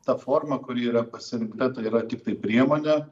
ta forma kuri yra pasirinkta tai yra tiktai priemonė